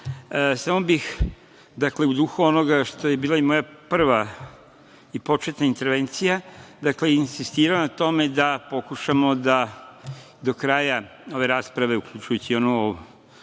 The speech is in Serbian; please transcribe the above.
samo bih u duhu onoga što je bila i moja prva i početna intervencija insistirao na tome da pokušamo da do kraja ove rasprave, uključujući i onu